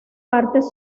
partes